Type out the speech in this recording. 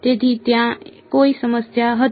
તેથી ત્યાં કોઈ સમસ્યા હતી